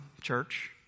church